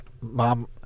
Mom